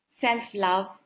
self-love